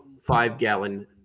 five-gallon